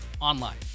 online